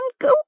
go